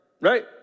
right